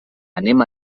anem